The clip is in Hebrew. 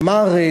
אמר,